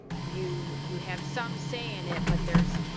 you, you have some say in it, but there's,